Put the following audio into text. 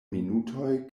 minutoj